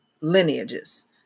lineages